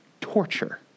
torture